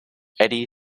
edie